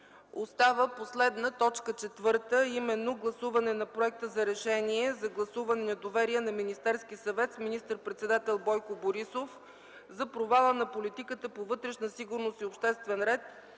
остава последна точка четвърта, а именно гласуване на Проекта за решение за гласуване на недоверие на Министерския съвет с министър-председател Бойко Борисов за провала на политиката по вътрешна сигурност и обществен ред,